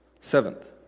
Seventh